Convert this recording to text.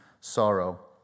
sorrow